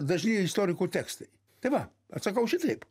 dažni istorikų tekstai tai va atsakau šitaip